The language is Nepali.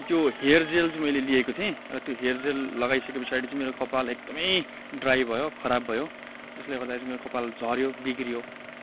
त्यो हेयर जेल चाहिँ मैले लिएको थिएँ र त्यो हेयर जेल लगाइसके पछाडि चाहिँ मेरो कपाल एकदमै ड्राई भयो खराब भयो जसले गर्दाखेरि चाहिँ मेरो कपाल झर्यो बिग्रियो